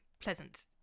pleasant